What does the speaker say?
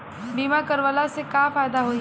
बीमा करवला से का फायदा होयी?